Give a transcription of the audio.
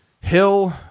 Hill